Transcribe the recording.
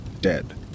dead